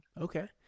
Okay